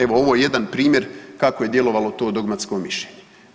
Evo ovo je jedan primjer kako je djelovalo to dogmatsko mišljenje.